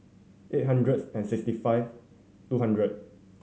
eight hundred and sixty five two hundred